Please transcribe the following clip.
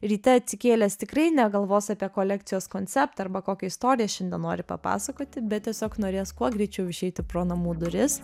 ryte atsikėlęs tikrai negalvos apie kolekcijos konceptą arba kokią istoriją šiandien nori papasakoti bet tiesiog norės kuo greičiau išeiti pro namų duris